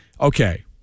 okay